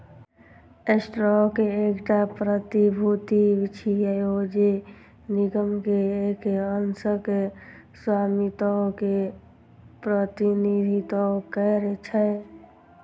stock एकटा प्रतिभूति छियै, जे निगम के एक अंशक स्वामित्व के प्रतिनिधित्व करै छै